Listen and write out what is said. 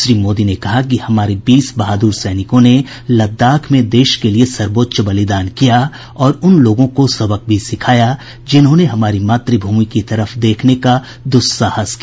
श्री मोदी ने कहा कि हमारे बीस बहादुर सैनिकों ने लद्दाख में देश के लिये सर्वोच्च बलिदान किया और उन लोगों को सबक भी सिखाया जिन्होंने हमारी मातृभूमि की तरफ देखने का द्रस्साहस किया